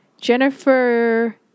Jennifer